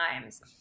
times